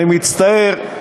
אני מצטער,